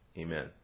Amen